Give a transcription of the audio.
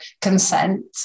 consent